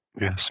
Yes